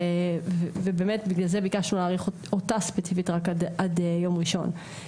בגלל זה ביקשנו להאריך אותה ספציפית רק עד יום ראשון.